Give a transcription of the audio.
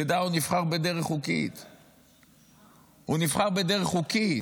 אתה יודע, הוא נבחר בדרך חוקית.